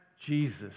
Jesus